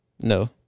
No